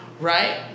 right